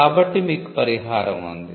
కాబట్టి మీకు పరిహారం ఉంది